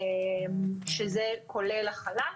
שזה כולל החל"ת.